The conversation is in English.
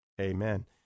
amen